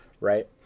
right